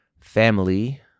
family